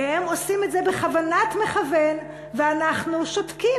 והם עושים את זה בכוונת מכוון, ואנחנו שותקים.